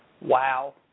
Wow